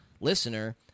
listener